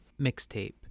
mixtape